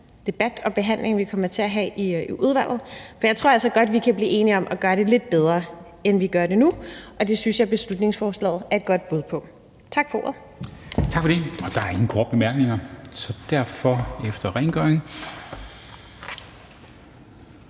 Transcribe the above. debat og behandling, vi kommer til at have i udvalget. For jeg tror altså godt, at vi kan blive enige om at gøre det lidt bedre, end vi gør det nu, og det synes jeg beslutningsforslaget er et godt bud på. Tak for ordet.